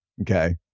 Okay